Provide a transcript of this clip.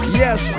yes